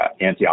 antioxidant